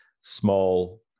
small